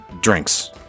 drinks